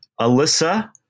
Alyssa